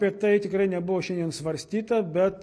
apie tai tikrai nebuvo šiandien svarstyta bet